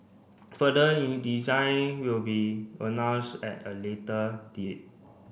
further will be announced at a later date